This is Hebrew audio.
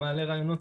אני מעלה רעיונות,